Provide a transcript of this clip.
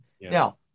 Now